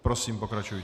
Prosím, pokračujte.